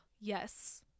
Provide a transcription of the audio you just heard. Yes